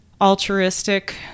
altruistic